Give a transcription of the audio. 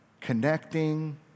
connecting